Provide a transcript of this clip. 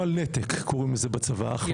נוהל נתק קוראים לזה בצבא, אחמד.